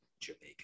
Jamaica